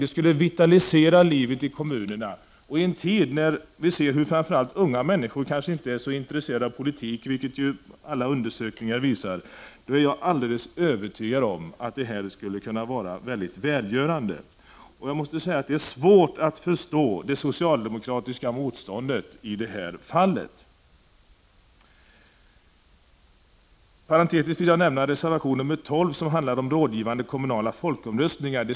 Jag är övertygad om att detta skulle kunna vara välgörande i en tid när vi ser att framför allt unga människor kanske inte är så intresserade av politik — alla undersökningar visar ju att de inte är det. Jag måste säga att det är svårt att förstå det socialdemokratiska motståndet i detta fall. Jag vill också parentetiskt nämna reservation nr 12, som handlar om rådgivande kommunala folkomröstningar.